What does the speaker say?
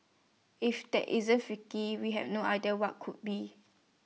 if that isn't freaky we have no idea what could be